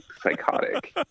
psychotic